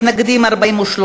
מתנגדים, 43,